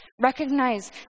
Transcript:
Recognize